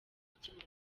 kukibona